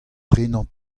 prenañ